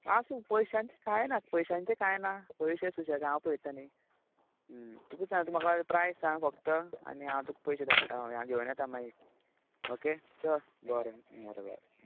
आसूं पयशांचें कांय ना पयशांचें कांय ना पयशें सुशेगा हांव पयता न्ही तुका सांग म्हाका प्रायस सांग फक्त आनी हांव तुका पयशें धाडटा हय हांव घेवन येता मागीर ओके चल बरें बरें बरें